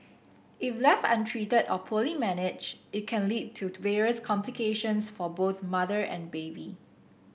if left untreated or poorly managed it can lead to various complications for both mother and baby